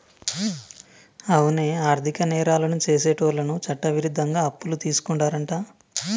అవునే ఆర్థిక నేరాలను సెసేటోళ్ళను చట్టవిరుద్ధంగా అప్పులు తీసుకుంటారంట